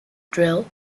drill